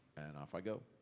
and off i go.